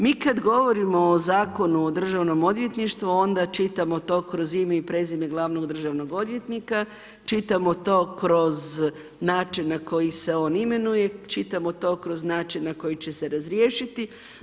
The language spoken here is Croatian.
Mi kada govorimo o Zakonu o Državnom odvjetništvu, onda čitamo to kroz ime i prezime gl. državnog odvjetnika, čitamo to kroz način na koji se on imenuje, čitamo to kroz način, na koji će se razriješiti.